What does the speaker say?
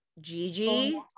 Gigi